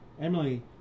Emily